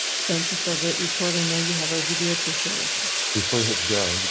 thank you for a great report. i know you have a video to share with us before you hit go.